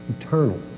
Eternal